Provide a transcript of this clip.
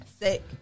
Sick